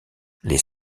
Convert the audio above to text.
les